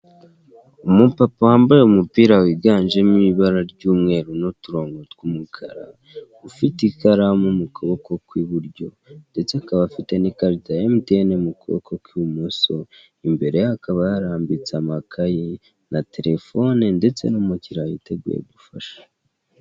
Umupapa wambaye umupira wiganjemo ibara ry'umweru n'uturongo tw'umukara, ufite ikaramu mu kuboko kw'iburyo, ndetse akaba afite n'ikarita ya emutiyene mu kuboko kw'ibumoso, imbere ye hakaba harambise amakayi na telefone, ndetse n'umukiriya yiteguye gufasha.